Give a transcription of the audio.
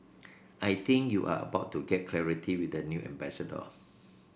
I think you are about to get clarity with the new ambassador